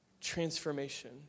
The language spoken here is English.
transformation